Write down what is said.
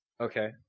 Okay